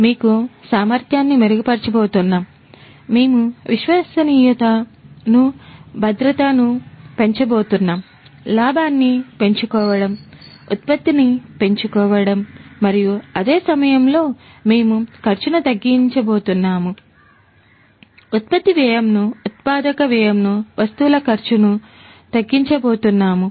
మేము సామర్థ్యాన్ని మెరుగుపరచబోతున్నాం మేము విశ్వసనీయతనుభద్రత ను పెంచబోతున్నాం లాభాన్ని పెంచుకోవడం ఉత్పత్తిని పెంచుకోవడం మరియు అదే సమయంలో మేము ఖర్చును తగ్గించబోతున్నాము ఉత్పత్తి వ్యయం ను ఉత్పాదక వ్యయంను వస్తువుల ఖర్చును తగ్గించబోతున్నాము